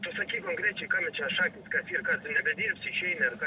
tai sakyk konkrečiai kame čia šaknys kas yra ką tu nebedirbsi išeini ar ką